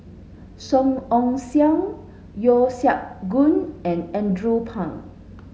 Song Ong Siang Yeo Siak Goon and Andrew Phang